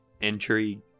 intrigue